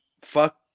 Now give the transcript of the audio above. fuck